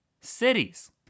cities